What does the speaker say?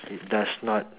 it does not